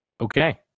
Okay